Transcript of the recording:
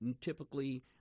typically